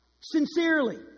Sincerely